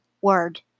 word